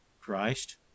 Christ